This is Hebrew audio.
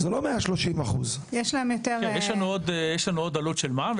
יש לנו עוד עלות של מע"מ,